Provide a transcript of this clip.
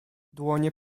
dłonie